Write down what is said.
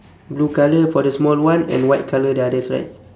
blue colour for the small one and white colour the others right